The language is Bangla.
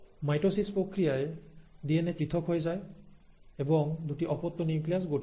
মাইটোসিস প্রক্রিয়ায় ডিএনএ পৃথক হয়ে যায় এবং দুটি অপত্য নিউক্লিয়াস গঠিত হয়